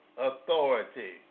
authority